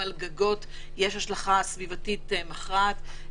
על גגות יש השלכה סביבתית מכרעת.